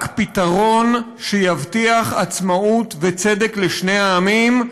רק פתרון שיבטיח עצמאות וצדק לשני העמים,